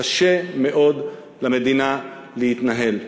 קשה מאוד למדינה להתנהל.